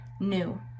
new